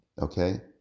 Okay